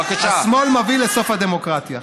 זה הסוף של הדמוקרטיה.